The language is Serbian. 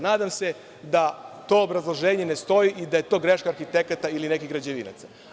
Nadam se da to obrazloženje ne stoji i da je to greška arhitekata ili nekih građevinaca.